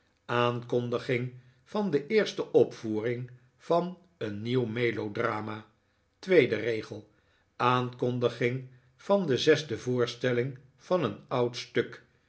aankondiging van de eerste opvoering van een nieuw melodrama tweede regel aankondiging van de zesde voorstelling van een oud stuk